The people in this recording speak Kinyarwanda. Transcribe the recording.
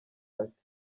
ati